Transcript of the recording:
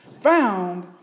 found